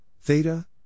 Theta